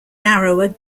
narrower